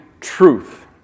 truth